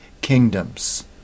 kingdoms